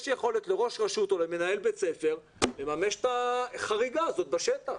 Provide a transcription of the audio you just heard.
לראש רשות או למנהל בית ספר יש יכולת לממש את החריגה הזאת בשטח.